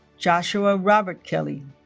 joshua robert kelly